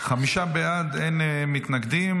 חמישה בעד, אין מתנגדים.